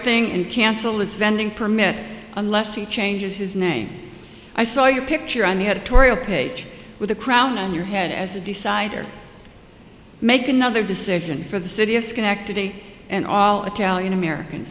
thing and cancel its vending permit unless he changes his name i saw your picture on the editorial page with a crown on your head as the decider make another decision for the city of schenectady and all italian american